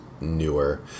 newer